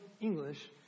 English